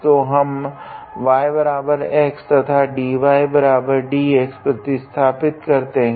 तो हम yx तथा dydx प्रतिस्थापित करते है